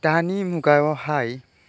दानि मुगायावहाय